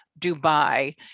Dubai